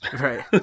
Right